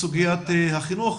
סוגיית החינוך.